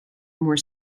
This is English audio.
more